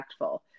impactful